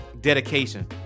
dedication